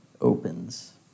opens